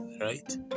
right